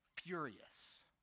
furious